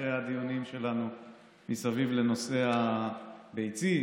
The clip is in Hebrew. אחרי הדיונים שלנו מסביב לנושא הביצים,